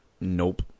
Nope